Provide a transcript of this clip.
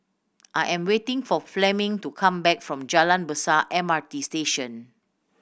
I am waiting for Fleming to come back from Jalan Besar M R T Station